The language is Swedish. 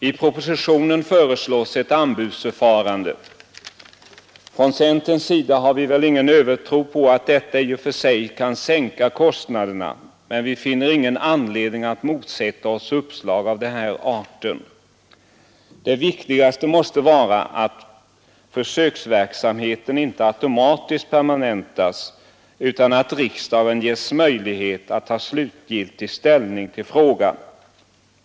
I propositionen föreslås ett anbudsförfarande. Från centerns sida har vi väl ingen övertro på att detta i och för sig kan sänka kostnaderna, men vi finner ingen anledning att motsätta oss uppslag av den här arten. Det viktigaste måste vara att försöksverksamheten inte automatiskt permanentas, utan att riksdagen ges möjlighet att ta slutgiltig ställning till frågan.